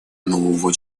нового